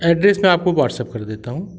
address मैं आपको WhatsApp कर देता हूँ